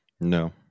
No